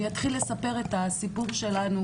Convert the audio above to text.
אני אתחיל לספר את הסיפור שלנו,